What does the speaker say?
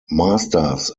masters